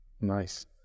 Nice